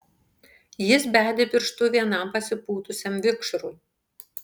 jis bedė pirštu vienam pasipūtusiam vikšrui